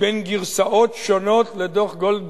בין גרסאות שונות לדוח-גולדברג.